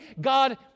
God